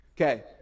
Okay